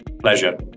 Pleasure